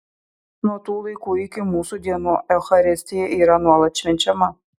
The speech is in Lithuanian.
nuo tų laikų iki mūsų dienų eucharistija yra nuolat švenčiama